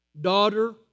Daughter